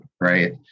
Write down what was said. right